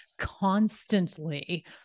constantly